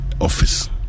office